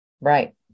Right